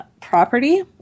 property